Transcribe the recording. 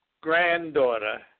granddaughter